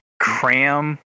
cram